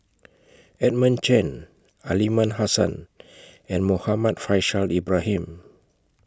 Edmund Chen Aliman Hassan and Muhammad Faishal Ibrahim